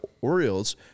Orioles